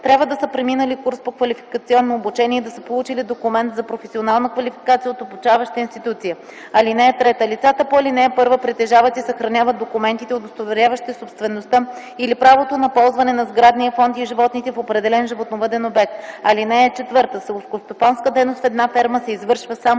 трябва да са преминали курс на квалификационно обучение и да се получили документ за професионална квалификация от обучаваща институция. (3) Лицата по ал. 1 притежават и съхраняват документите, удостоверяващи собствеността или правото на ползване на сградния фонд и животните в определен животновъден обект. (4) Селскостопанска дейност в една ферма се извършва само